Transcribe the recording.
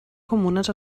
comunes